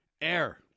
air